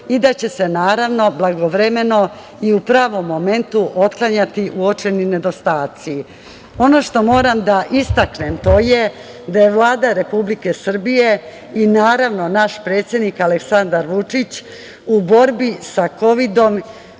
i da će se, naravno blagovremeno i u pravom momentu otklanjati uočeni nedostaci. Ono što moram da istaknem, to je da je Vlada Republike Srbije i naravno naš predsednik Aleksandar Vučić, u borbi sa kovidom,